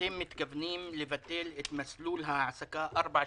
שאתם מתכוונים לבטל את מסלול העסקה 4.17,